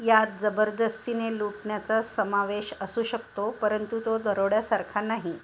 यात जबरदस्तीने लुटण्याचा समावेश असू शकतो परंतु तो दरोड्यासारखा नाही